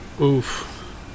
oof